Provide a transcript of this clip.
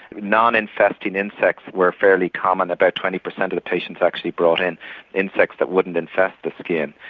non infesting insects were fairly common, about twenty percent of the patients actually brought in insects that wouldn't infest the skin.